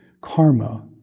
karma